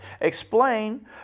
explain